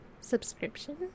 subscription